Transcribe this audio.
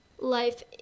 life